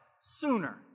sooner